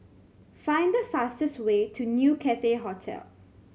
find the fastest way to New Cathay Hotel